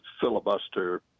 filibuster